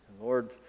Lord